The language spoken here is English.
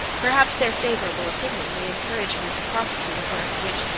perhaps their favorable opinion may encourage me to prosecute a work, which,